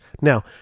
Now